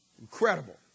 Incredible